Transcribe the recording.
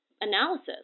analysis